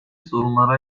sorunlara